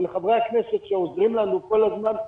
ולחברי הכנסת שעוזרים לנו כל הזמן,